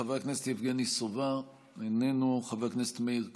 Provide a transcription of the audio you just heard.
חבר הכנסת יבגני סובה, איננו, חבר הכנסת מאיר כהן,